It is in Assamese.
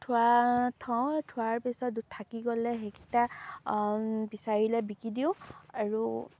থোৱা থওঁ থোৱাৰ পিছত থাকি গ'লে সেইকেইটা বিচাৰিলে বিকি দিওঁ আৰু